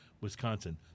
Wisconsin